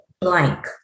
blank